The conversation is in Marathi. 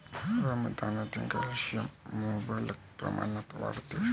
रमदानात कॅल्शियम मुबलक प्रमाणात आढळते